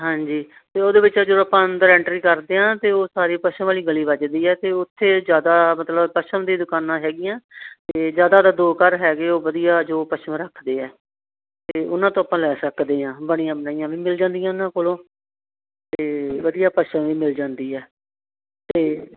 ਹਾਂਜੀ ਅਤੇ ਉਹਦੇ ਵਿੱਚ ਜਦੋਂ ਆਪਾਂ ਅੰਦਰ ਐਂਟਰੀ ਕਰਦੇ ਹਾਂ ਅਤੇ ਉਹ ਸਾਰੇ ਪਸ਼ੂਆਂ ਵਾਲੀ ਗਲੀ ਵੱਜਦੀ ਆ ਅਤੇ ਉੱਥੇ ਜ਼ਿਆਦਾ ਮਤਲਬ ਪਸ਼ਮਨ ਦੀ ਦੁਕਾਨਾਂ ਹੈਗੀਆਂ ਅਤੇ ਜ਼ਿਆਦਾਤਰ ਦੋ ਘਰ ਹੈਗੇ ਉਹ ਵਧੀਆ ਜੋ ਪਸ਼ਮਨ ਰੱਖਦੇ ਆ ਅਤੇ ਉਹਨਾਂ ਤੋਂ ਆਪਾਂ ਲੈ ਸਕਦੇ ਹਾਂ ਬਣੀਆਂ ਬਣਾਈਆਂ ਵੀ ਮਿਲ ਜਾਂਦੀਆਂ ਉਹਨਾਂ ਕੋਲੋਂ ਅਤੇ ਵਧੀਆ ਪਸ਼ਮਨ ਵੀ ਮਿਲ ਜਾਂਦੀ ਹੈ